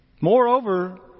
Moreover